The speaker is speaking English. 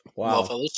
Wow